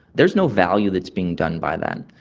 there is no value that is being done by that.